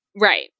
Right